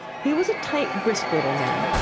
he was a tight, brisk little man,